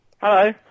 Hello